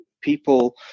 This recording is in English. people